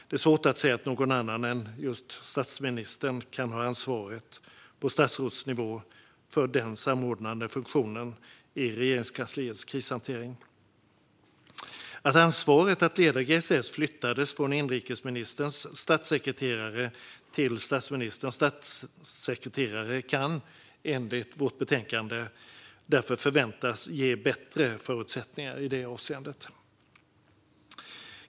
Det är svårt att se att någon annan än statsministern kan ha ansvaret på statsrådsnivå för den samordnande funktionen i Regeringskansliets krishantering. Att ansvaret att leda GSS flyttades från inrikesministerns statssekreterare till statsministerns statssekreterare kan enligt vårt betänkande därför förväntas ge bättre förutsättningar i det avseendet.